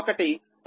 కనుక అది 0